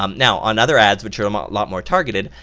um now on other ads which are a ah lot more targeted,